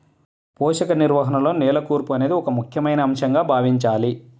పోషక నిర్వహణలో నేల కూర్పు అనేది ఒక ముఖ్యమైన అంశంగా భావించాలి